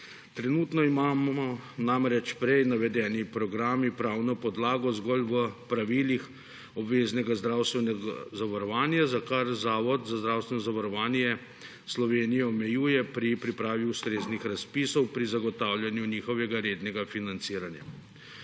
Trenutno imajo namreč prej navedeni programi pravno podlago zgolj v Pravilih obveznega zdravstvenega zavarovanja, kar Zavod za zdravstveno zavarovanje Slovenije omejuje pri pripravi ustreznih razpisov pri zagotavljanju njihovega rednega financiranja.